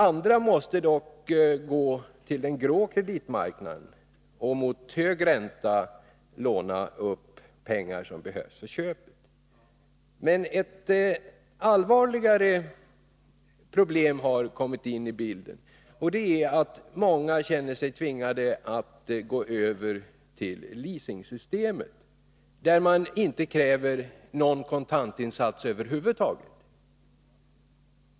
Andra måste dock gå till den grå kreditmarknaden och mot högre ränta låna upp pengar som behövs för köpet. Men ett allvarligare problem har kommit in i bilden, och det är att många känner sig tvingade att gå över till leasingsystemet, där det inte krävs någon kontantinsats över huvud taget.